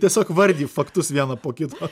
tiesiog vardiji faktus vieną po kito